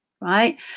right